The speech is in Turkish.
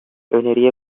öneriye